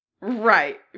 right